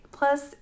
Plus